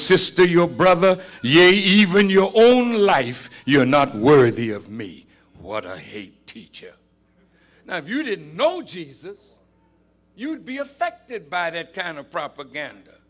sister your brother yeah even your own life you're not worthy of me what i hate teacher now if you didn't know jesus you'd be affected by that kind of propaganda